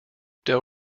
del